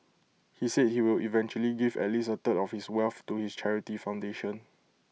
he said he will eventually give at least A third of his wealth to his charity foundation